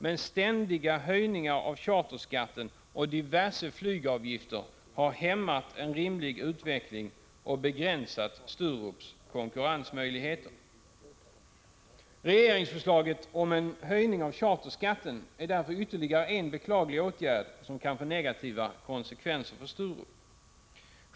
Men ständiga höjningar av charterskatten och diverse flygavgifter har hämmat en rimlig utveckling och begränsat Sturups konkurrensmöjligheter. Regeringsförslaget om en höjning av charterskatten är därför ytterligare en beklaglig åtgärd som kan få negativa konsekvenser för Sturup.